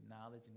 knowledge